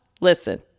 Listen